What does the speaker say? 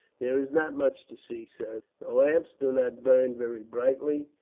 there is not much to see, sir. the lamps do not burn very brightly,